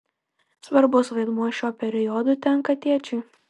svarbus vaidmuo šiuo periodu tenka tėčiui